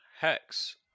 Hex